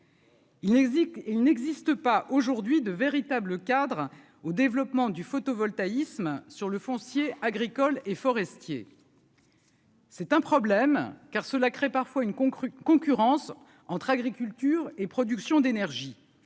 il n'existe pas aujourd'hui de véritable cadre au développement du photovoltaïque isme sur le foncier agricole et forestier. C'est un problème car cela crée parfois une qu'crut concurrence entre agriculture et production d'énergie,